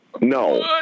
No